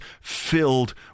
filled